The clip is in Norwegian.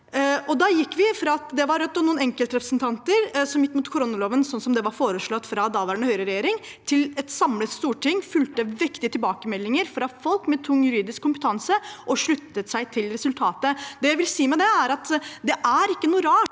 Da gikk vi fra at det var Rødt og noen enkeltrepresentanter som gikk imot koronaloven slik som den var foreslått fra daværende høyreregjering, til at et samlet storting fulgte viktige tilbakemeldinger fra folk med tung juridisk kompetanse og sluttet seg til resultatet. Det jeg vil si med det, er at det er ikke noe rart,